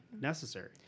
necessary